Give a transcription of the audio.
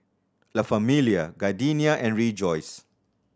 La Famiglia Gardenia and Rejoice